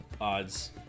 odds